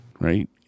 Right